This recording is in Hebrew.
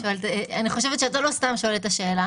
אני חושבת שאתה לא סתם שואל את השאלה